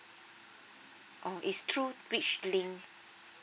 oh it's through which link